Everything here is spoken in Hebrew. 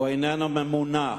איננו ממונע.